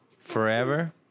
Forever